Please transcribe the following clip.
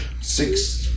six